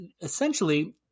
essentially